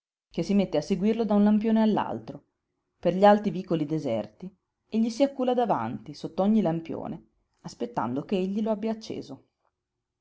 che si mette a seguirlo da un lampione all'altro per gli alti vicoli deserti e gli si accula davanti sotto ogni lampione aspettando che egli lo abbia acceso